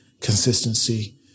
consistency